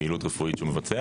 פעילות רפואית שהוא מבצע.